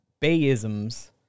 Bayisms